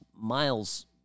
miles